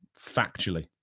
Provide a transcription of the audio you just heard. Factually